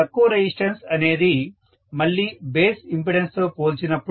తక్కువ రెసిస్టెన్స్ అనేది మళ్లీ బేస్ ఇంపెడెన్స్ తో పోల్చినప్పుడు